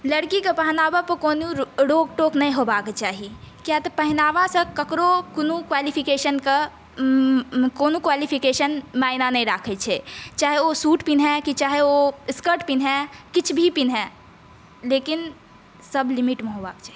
लड़की के पहनावापर कोनो रोक टोक नहि होबाक चाही कियाक तँ पहनावासँ ककरो कोनो क्वालिफिकेशन के कोनो क्वालिफिकेशन मायना नहि राखै छै चाहे ओ सूट पहिने चाहे स्कर्ट पहिने किछु भी पहिने लेकिन सब लिमिटमे होबाक चाही